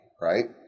right